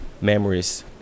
memories